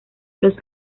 los